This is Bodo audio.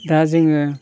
दा जोङो